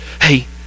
Hey